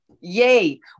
Yay